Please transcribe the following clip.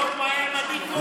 בדוק מה היה עם עדי קול.